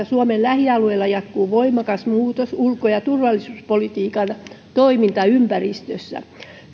suomen lähialueilla jatkuu voimakas muutos ulko ja turvallisuuspolitiikan toimintaympäristössä